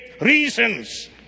reasons